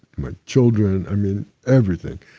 my children. i mean, everything,